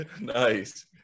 Nice